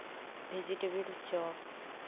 vegetable ᱪᱚᱯ